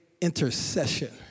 intercession